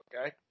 okay